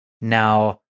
now